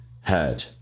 heard